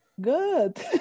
Good